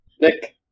Nick